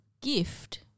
gift –